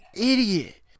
idiot